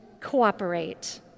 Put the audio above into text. cooperate